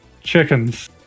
Chickens